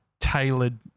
tailored